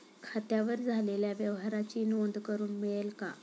खात्यावर झालेल्या व्यवहाराची नोंद करून मिळेल का?